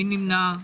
מי נמנע?